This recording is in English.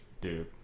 Dude